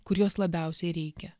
kur jos labiausiai reikia